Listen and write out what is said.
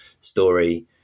story